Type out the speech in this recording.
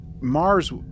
Mars